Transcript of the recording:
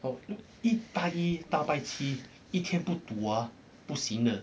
拜一到拜七一天不赌啊不行的